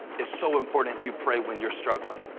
it's so important you pray when you're struggling,